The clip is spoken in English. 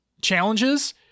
challenges